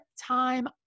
time